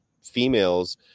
females